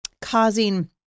causing